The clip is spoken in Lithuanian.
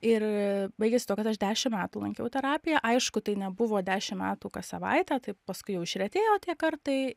ir baigėsi tuo kad aš dešim metų lankiau terapiją aišku tai nebuvo dešim metų kas savaitę tai paskui jau išretėjo tie kartai